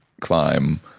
climb